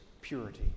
purity